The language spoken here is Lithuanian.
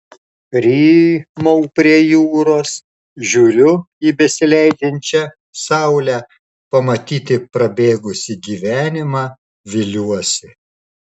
rymau prie jūros žiūriu į besileidžiančią saulę pamatyti prabėgusį gyvenimą viliuosi